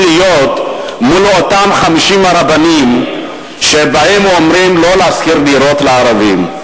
לאותם 50 רבנים שאומרים לא להשכיר דירות לערבים.